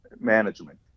Management